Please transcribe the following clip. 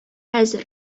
әзер